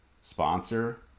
sponsor